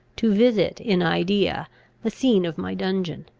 to visit in idea the scene of my dungeon,